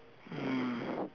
mm